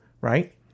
Right